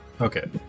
okay